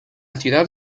ciudad